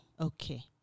Okay